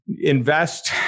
invest